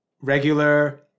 regular